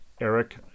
Eric